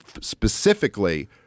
Specifically